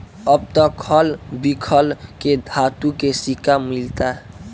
अब त खल बिखल के धातु के सिक्का मिलता